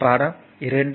படம் 2